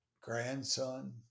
grandson